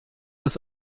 des